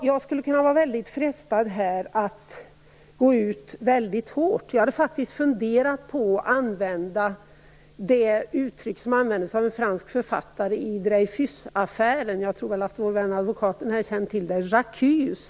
Jag skulle kunna känna mig frestad att gå ut väldigt hårt i detta sammanhang. Jag har faktiskt funderat över att tillgripa det uttryck som användes av en fransk författare i Dreyfusaffären och som jag väl tror att min vän advokaten här känner till, nämligen "J ́accuse!